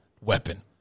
weapon